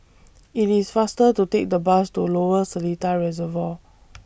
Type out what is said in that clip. IT IS faster to Take The Bus to Lower Seletar Reservoir